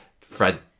Fred